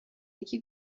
یکی